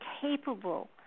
capable